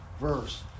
verse